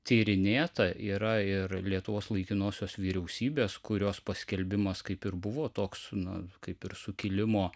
tyrinėta yra ir lietuvos laikinosios vyriausybės kurios paskelbimas kaip ir buvo toks na kaip ir sukilimo